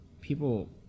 people